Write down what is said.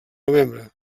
novembre